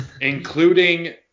including